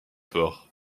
port